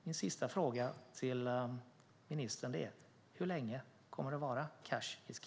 Min sista fråga till ministern är: Hur länge kommer det att vara så?